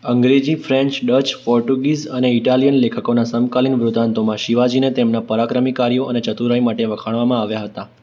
અંગ્રેજી French Dutch Portuguese અને Italian લેખકોના સમકાલીન વૃતાંતોમાં શિવાજીને તેમના પરાક્રમી કાર્યો અને ચતુરાઈ માટે વખાણવામાં આવ્યા હતા